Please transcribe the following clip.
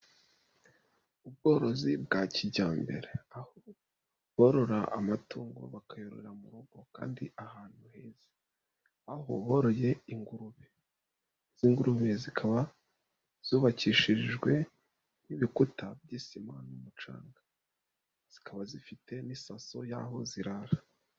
Ubworozi bwa kijyambere, aho borora amatungo bakayororera mu rugo kandi ahantu heza, aho boroye ingurube, izi ngurube zikaba zubakishirijwe n'ibikuta by'isima n'umucanga, zikaba zifite n'isaso y'aho zirara.